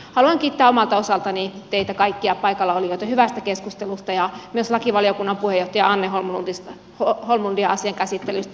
haluan kiittää omalta osaltani teitä kaikkia paikallaolijoita hyvästä keskustelusta ja myös lakivaliokunnan puheenjohtajaa anne holmlundia asian käsittelystä